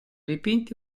dipinti